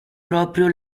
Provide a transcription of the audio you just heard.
proprio